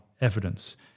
evidence